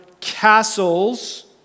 castles